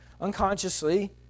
unconsciously